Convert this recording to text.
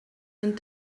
and